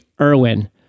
Irwin